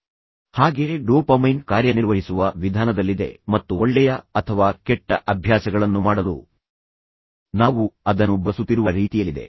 ಮತ್ತು ನಾನು ಹೇಳಿದ ಹಾಗೆ ಉತ್ತರವು ವಾಸ್ತವವಾಗಿ ಡೋಪಮೈನ್ ಕಾರ್ಯನಿರ್ವಹಿಸುವ ವಿಧಾನದಲ್ಲಿದೆ ಮತ್ತು ಒಳ್ಳೆಯ ಅಥವಾ ಕೆಟ್ಟ ಅಭ್ಯಾಸಗಳನ್ನು ಮಾಡಲು ನಾವು ಅದನ್ನು ಬಳಸುತ್ತಿರುವ ರೀತಿಯಲ್ಲಿದೆ